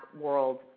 world